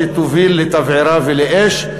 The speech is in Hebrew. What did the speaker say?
שתוביל לתבערה ולאש,